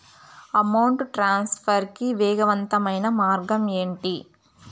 amount transfer కి వేగవంతమైన మార్గం ఏంటి